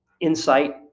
insight